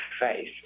face